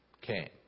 came